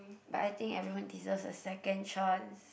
but I think everyone deserves a second chance